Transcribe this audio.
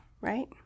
right